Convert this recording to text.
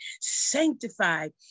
sanctified